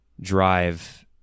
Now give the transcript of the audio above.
drive